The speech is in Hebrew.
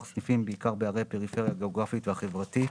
סניפים בעיקר בערי הפריפריה הגאוגרפית והחברתית".